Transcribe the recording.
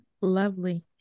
lovely